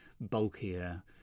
bulkier